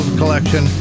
collection